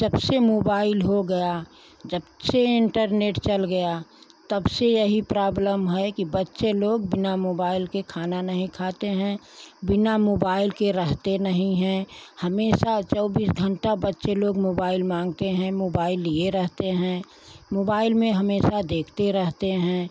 जब से मोबाइल हो गया जब से इन्टरनेट चल गया तब से यही प्रॉब्लम है कि बच्चे लोग बिना मोबाइल के खाना नहीं खाते हैं बिना मोबाइल के रहते नहीं है हमेशा चौबीस घंटा बच्चे लोग मोबाइल मांगते हैं मोबाइल लिए रहते हैं मोबाइल में हमेशा देखते रहते हैं